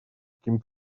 каким